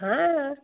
हाँ